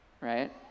right